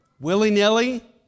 willy-nilly